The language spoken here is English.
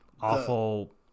awful